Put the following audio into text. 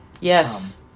Yes